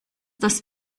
das